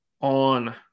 on